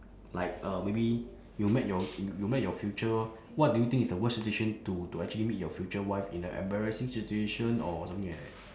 like uh maybe you met your you met your future what do you think is the worst situation to to actually meet your future wife in a embarrassing situation or something like that